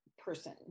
person